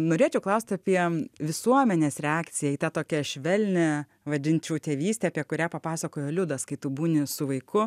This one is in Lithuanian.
norėčiau klaust apie visuomenės reakciją į tą tokią švelnią vadinčiau tėvystę apie kurią papasakojo liudas kai tu būni su vaiku